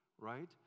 right